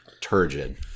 turgid